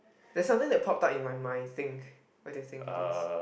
there's something that popped up in my mind think what do you think it is